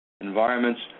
environments